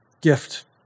gift